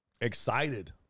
excited